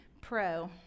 Pro